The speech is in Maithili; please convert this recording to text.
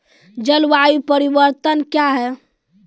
जलवायु परिवर्तन कया हैं?